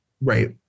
Right